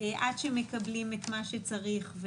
עד שמקבלים את מה שצריך.